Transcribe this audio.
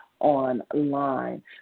online